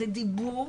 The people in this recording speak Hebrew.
זה דיבור